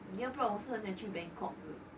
要不然我是很想去 bangkok 的